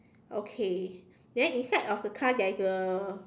okay then inside of the car there is a